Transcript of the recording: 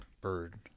Bird